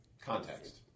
Context